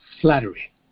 flattery